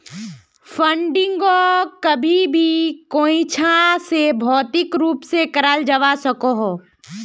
फंडिंगोक कभी भी कोयेंछा से भौतिक रूप से कराल जावा सकोह